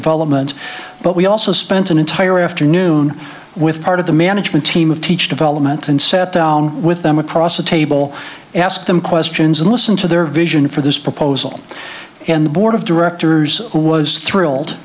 development but we also spent an entire afternoon with part of the management team of teach development and sat down with them across the table ask them questions and listen to their vision for this proposal and the board of directors was thrilled